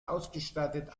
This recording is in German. ausgestattet